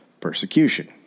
persecution